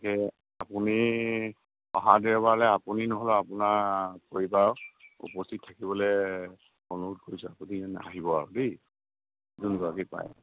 গতিকে আপুনি অহা দেওবাৰলৈ আপুনি নহ'লে আপোনাৰ পৰিবাৰক উপস্থিত থাকিবলৈ অনুৰোধ কৰিছোঁ আপুনি আহিব আৰু দেই যোনগৰাকীয়েই পাৰে